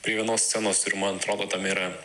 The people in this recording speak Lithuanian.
prie vienos scenos ir man atrodo tame yra